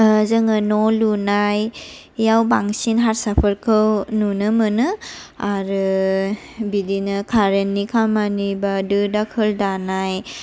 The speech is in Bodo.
जोङो न' लुनाय याव बांसिन हारसाफोरखौ नुनो मोनो आरो बिदिनो कारेननि खामानि बा दो दाखोल दानाय